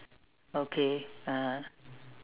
okay uh